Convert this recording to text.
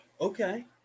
Okay